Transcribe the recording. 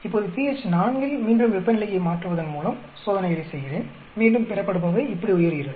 இப்போது pH 4 இல் மீண்டும் வெப்பநிலையை மாற்றுவதன் மூலம் சோதனைகளை செய்கிறேன் மீண்டும் பெறப்படுபவை இப்படி உயர்கிறது